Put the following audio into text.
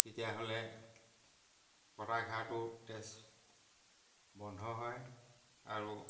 তেতিয়াহ'লে কটা ঘাটোত তেজ বন্ধ হয় আৰু